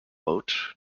vote